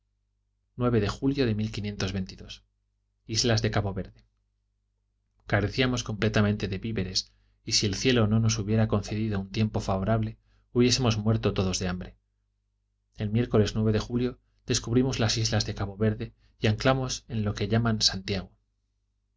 de islas de cabo verde carecíamos completamente de víveres y si el cielo no nos hubiera concedido un tiempo favorable hubiésemos muerto todos de hambre el miércoles de julio descubrimos las islas de cabo verde y anclamos en la que llaman santiago